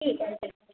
ठीक आहे